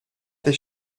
this